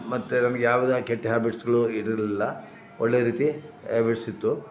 ಮತ್ತು ನಮಗೆ ಯಾವುದೇ ಕೆಟ್ಟ ಹ್ಯಾಬಿಟ್ಸುಗಳು ಇರಲಿಲ್ಲ ಒಳ್ಳೆಯ ರೀತಿ ಹ್ಯಾಬಿಟ್ಸ್ ಇತ್ತು